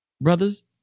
Brothers